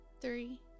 three